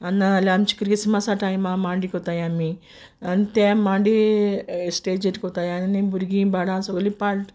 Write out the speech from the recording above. आनी ना जाल्यार आमगे क्रिस्मसा टायमार मांड कोताय आमी आनी ते मांडे स्टेजीर कोताय आनी भुरगीं बाळां सोगळीं पार्ट